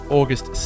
august